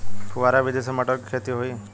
फुहरा विधि से मटर के खेती होई